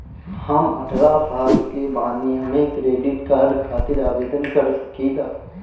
हम अठारह साल के बानी हम क्रेडिट कार्ड खातिर आवेदन कर सकीला?